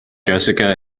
jessica